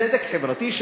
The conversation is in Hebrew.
צדק חברתי.